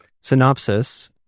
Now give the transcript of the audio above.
Synopsis